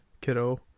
Kiddo